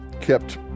kept